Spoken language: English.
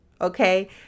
Okay